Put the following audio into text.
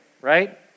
right